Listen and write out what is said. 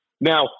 Now